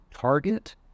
Target